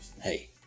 Hey